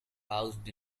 housed